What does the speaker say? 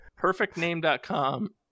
Perfectname.com